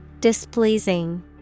Displeasing